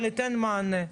אבל ייתן מענה.